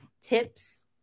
tips